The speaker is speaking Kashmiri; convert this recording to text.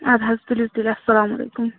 اَدٕ حظ تُلِو تُلِو اَسَلامُ علیکُم